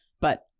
But-